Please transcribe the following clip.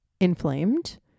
inflamed